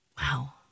Wow